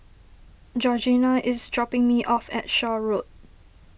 Georgeanna is dropping me off at Shaw Road